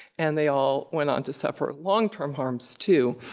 and they all went on to suffer long-term harms too.